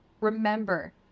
Remember